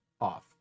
off